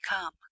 come